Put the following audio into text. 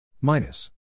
Minus